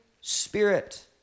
Spirit